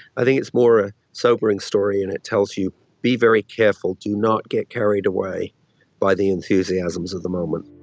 i think it's more a sobering story and it tells you be very careful, do not get carried away by the enthusiasms of the moment.